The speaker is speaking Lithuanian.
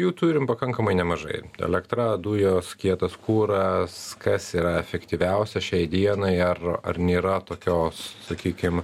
jų turim pakankamai nemažai elektra dujos kietas kuras kas yra efektyviausia šiai dienai ar ar nėra tokios sakykim